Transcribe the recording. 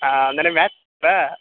ಹಾಂ ನೆನ್ನೆ ಮ್ಯಾಚ್ ತಾ